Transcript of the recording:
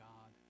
God